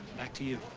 back to you.